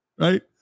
Right